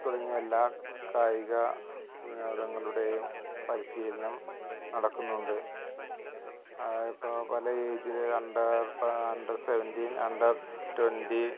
തുടങ്ങിയ എല്ലാ കായിക വിനോദങ്ങളുടേയും പരിശീലനം നടക്കുന്നുണ്ട് ഇപ്പം പല ഏജില് അണ്ടര് പാ അണ്ടര് സെവൻറ്റീന് അണ്ടര് ട്വൊൻറ്റി